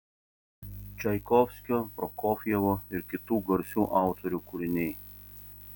čaikovskio prokofjevo ir kitų garsių autorių kūriniai